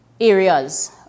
areas